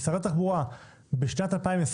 שרת התחבורה בשנת 2023